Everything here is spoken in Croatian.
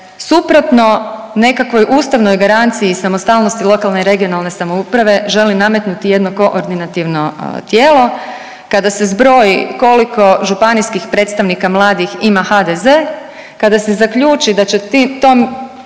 suprotno nekakvoj ustavnoj garanciji i samostalnosti lokalne i regionalne samouprave želi nametnuti jedno koordinativno tijelo, kada se zbroji koliko županijskih predstavnika mladih ima HDZ, kada se zaključi da će tom